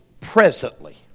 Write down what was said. presently